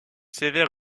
sévère